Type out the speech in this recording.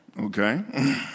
Okay